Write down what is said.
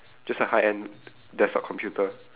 just a high end desktop computer